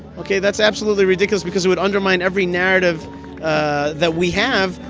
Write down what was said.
ok? that's absolutely ridiculous because it would undermine every narrative ah that we have,